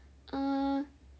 err